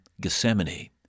Gethsemane